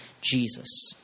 Jesus